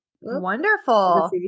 Wonderful